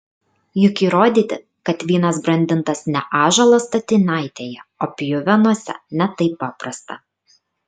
juk įrodyti kad vynas brandintas ne ąžuolo statinaitėje o pjuvenose ne taip paprasta